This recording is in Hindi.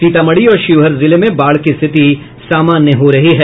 सीतामढ़ी और शिवहर जिले में बाढ़ की स्थिति सामान्य हो रही है